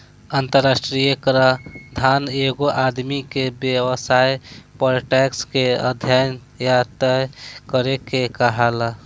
अंतरराष्ट्रीय कराधान एगो आदमी के व्यवसाय पर टैक्स के अध्यन या तय करे के कहाला